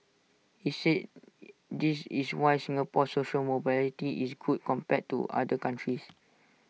he said this is why Singapore's social mobility is good compared to other countries